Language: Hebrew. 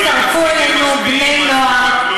הצטרפו אלינו בני-נוער,